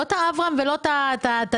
לא את אברם ולא את דינה,